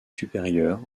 supérieur